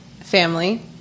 family